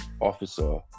officer